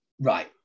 Right